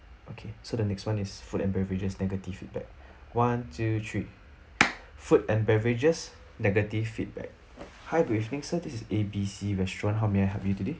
okay so the next [one] is food and beverages negative feedback one two three food and beverages negative feedback hi good evening sir this is a b c restaurant how may I help you today